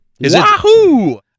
Wahoo